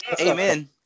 Amen